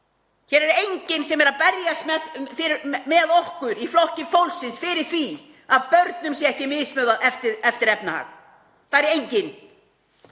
Hér er enginn sem er að berjast með okkur í Flokki fólksins fyrir því að börnum sé ekki mismunað eftir efnahag. Það er enginn,